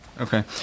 Okay